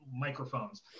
microphones